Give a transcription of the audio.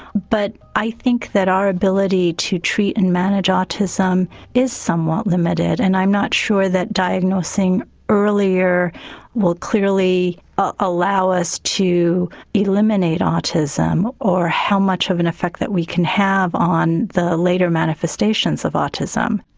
but i think that our ability to treat and manage autism is somewhat limited and i'm not sure that diagnosing earlier will clearly ah allow us to eliminate autism, or how much of an affect we can have on the later manifestations of autism.